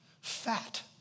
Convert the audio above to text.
fat